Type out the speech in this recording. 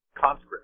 conscript